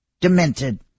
demented